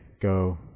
go